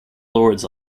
lords